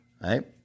right